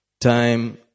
time